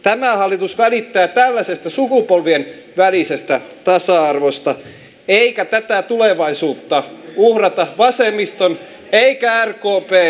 tämä hallitus välittää tällaisesta sukupolvien välisestä tasa arvosta eikä tätä tulevaisuutta uhrata vasemmiston eikä rkpn velka alttarilla